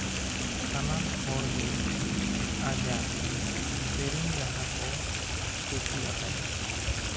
ᱥᱟᱱᱟᱢ ᱦᱚᱲ ᱜᱮ ᱟᱡᱟᱜ ᱥᱮᱨᱮᱧ ᱨᱟᱦᱟ ᱠᱚ ᱠᱩᱥᱤᱭᱟᱛᱟᱭᱟ